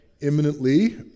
imminently